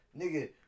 Nigga